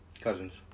Cousins